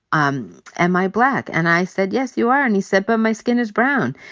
um am i black? and i said, yes, you are. and he said, but my skin is brown.